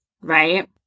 right